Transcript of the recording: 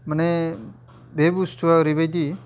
माने बे बुस्थुवा ओरैबायदि